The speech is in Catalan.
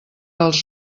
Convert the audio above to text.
els